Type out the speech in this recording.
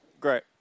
Great